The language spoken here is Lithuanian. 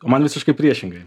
man visiškai priešingai